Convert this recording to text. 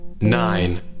nine